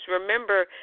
Remember